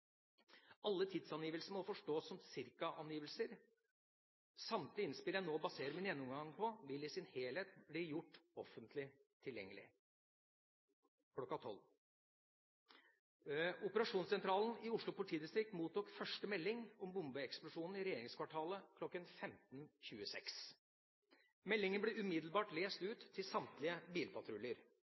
Alle tidsangivelser må forstås som cirka-angivelser. Samtlige innspill jeg nå baserer min gjennomgang på, vil i sin helhet bli gjort offentlig tilgjengelig kl. 12. Operasjonssentralen i Oslo politidistrikt mottok første melding om bombeeksplosjonen i regjeringskvartalet kl. 15.26. Meldingen ble umiddelbart lest ut til samtlige bilpatruljer.